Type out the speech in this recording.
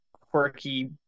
quirky